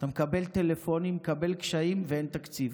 אתה מקבל טלפונים, מקבל קשיים, ואין תקציב.